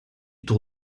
tour